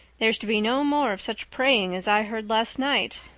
there's to be no more of such praying as i heard last night.